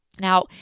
Now